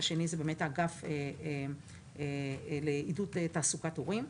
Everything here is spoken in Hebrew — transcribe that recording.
והשני זה באמת האגף לעידוד תעסוקת הורים.